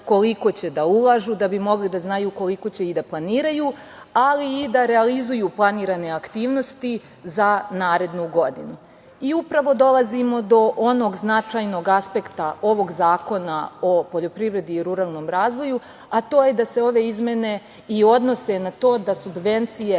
koliko će da ulažu, da bi mogli da znaju koliko će i da planiraju, ali i da realizuju planirane aktivnosti za narednu godinu. Upravo dolazimo do onog značajnog aspekta ovog Zakona o poljoprivredi i ruralnom razvoju, a to je da se ove izmene i odnose na to da subvencije